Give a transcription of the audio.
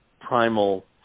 primal